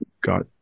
got